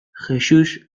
jexux